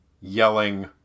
yelling